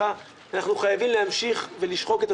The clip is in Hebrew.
הוא חייב לכלול מנועי צמיחה.